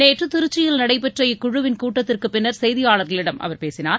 நேற்று திருச்சியில் நடைபெற்ற இக்குழுவின் கூட்டத்திற்கு பின்னர் செய்தியாளர்களிடம் அவர் பேசினார்